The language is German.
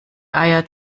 eier